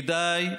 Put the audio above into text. כדאי,